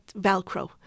Velcro